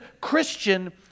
Christian